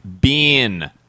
Bean